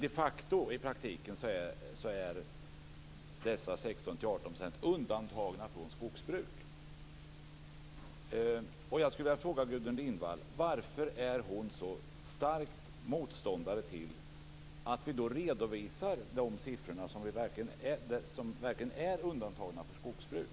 I praktiken är dessa 16-18 % de facto undantagna från skogsbruk. Varför är Gudrun Lindvall så starkt motståndare till att vi redovisar siffrorna för mark som verkligen är undantagen för skogsbruk?